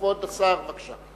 כבוד השר, בבקשה.